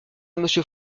monsieur